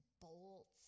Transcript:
bolts